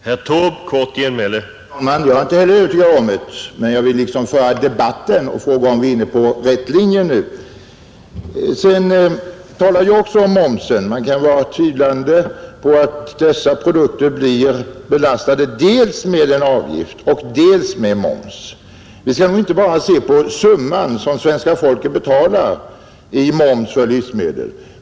Herr talman! Jag är inte heller övertygad om det, men jag vill liksom föra debatten och fråga om vi är inne på rätt linje nu. Jag talade också om momsen, Man kan vara tvivlande på att dessa produkter blir belastade med dels en avgift, dels moms, Vi skall nog inte bara se på summan som svenska folket betalar i avgifter och moms på livsmedel.